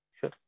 sure